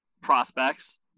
prospects